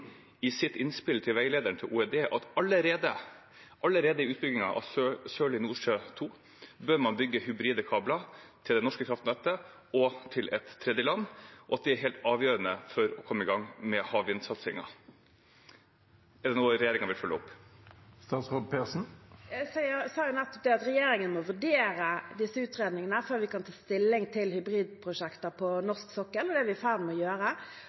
i sitt innspill til veilederen til Olje- og energidepartementet, at allerede i utbyggingen av Sørlige Nordsjø II bør man bygge hybride kabler til det norske kraftnettet og til et tredjeland, og at det er helt avgjørende for å komme i gang med havvindsatsingen. Er det noe regjeringen vil følge opp? Jeg sa jo nettopp at regjeringen må vurdere disse utredningene før vi kan ta stilling til hybridprosjekter på norsk sokkel. Det er vi i ferd med å gjøre,